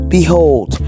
Behold